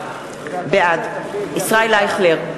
בעד ישראל אייכלר,